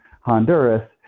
Honduras